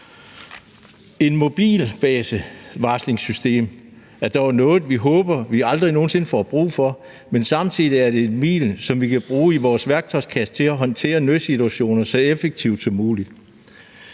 Et mobilbaseret varslingssystem er dog noget, vi håber aldrig nogen sinde at få brug for, men samtidig er det et middel, som vi kan bruge i vores værktøjskasse til at håndtere nødsituationer så effektivt som muligt.